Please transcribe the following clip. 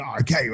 okay